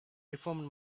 reformed